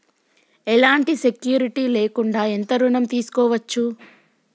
ఎలాంటి సెక్యూరిటీ లేకుండా ఎంత ఋణం తీసుకోవచ్చు?